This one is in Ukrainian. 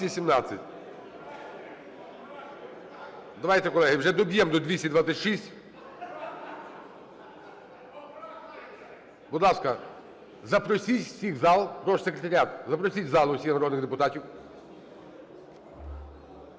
Давайте, колеги, вже доб'ємо до 226. Будь ласка, запросіть всіх в зал. Прошу, секретаріат, запросіть в зал всіх народних депутатів.